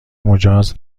مجاز